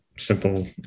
simple